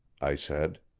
i said.